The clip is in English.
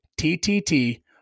ttt